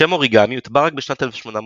השם "אוריגמי" הוטבע רק בשנת 1880,